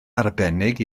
arbennig